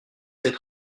sept